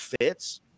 fits